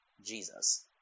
Jesus